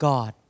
God